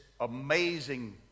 amazing